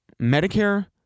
Medicare